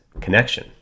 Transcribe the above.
connection